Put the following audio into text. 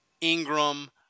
Ingram